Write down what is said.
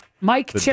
Mike